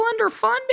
underfunded